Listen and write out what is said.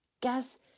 Guess